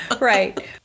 Right